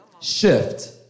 shift